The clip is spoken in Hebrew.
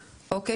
אוקיי?